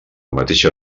mateixa